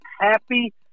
happy –